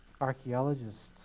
archaeologists